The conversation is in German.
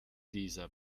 dieser